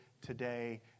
today